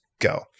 go